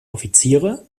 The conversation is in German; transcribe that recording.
offiziere